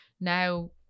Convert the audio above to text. now